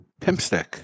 Pimpstick